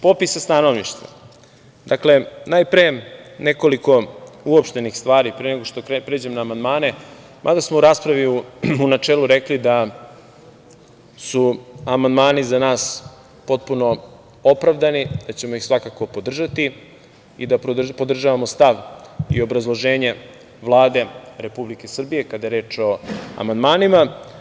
Što se tiče popisa stanovništva, najpre nekoliko uopštenih stvari, pre nego što pređem na amandmane, mada smo u raspravi u načelu rekli da su amandmani za nas potpuno opravdani, da ćemo ih svakako podržati i da podržavamo stav i obrazloženje Vlade Republike Srbije kada je reč o amandmanima.